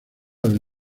del